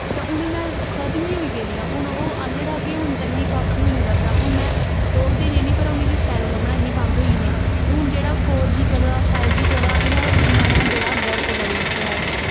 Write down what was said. ते उ'नें में खतम ही होई गेदियां हून ओह् आह्लड़ा केह् हून ते मी कक्ख बी निं लभदा हून में तोपदी रौह्नी पर ओह् मिकी स्पैरो लब्भना ही बंद होई गेदियां हून जेह्ड़ा फोर जी चले दा फाइव जी चले दा इ'नें ते ञ्यानें दा बेड़ा गर्क करी दित्ते दा ऐ